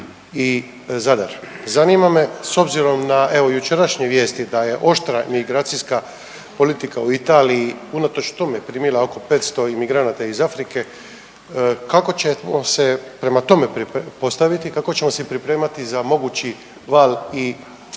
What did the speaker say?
i Zadar. Zanima me s obzirom na evo jučerašnje vijesti da je oštra migracijska politika u Italiji unatoč tome primila oko 500 imigranata iz Afrike, kako ćemo se prema tome postaviti, kako ćemo se pripremati za mogući val i imigranata